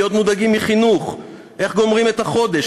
להיות מודאגים מחינוך ואיך גומרים את החודש,